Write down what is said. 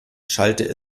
schallte